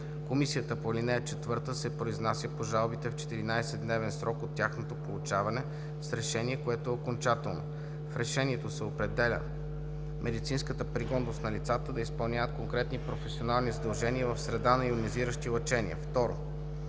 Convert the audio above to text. Комисията по ал. 4 се произнася по жалбите в 14-дневен срок от тяхното получаване с решение, което е окончателно. В решението се определя медицинската пригодност на лицата да изпълняват конкретни професионални задължения в среда на йонизиращи лъчения“. 2.